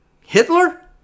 Hitler